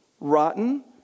rotten